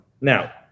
Now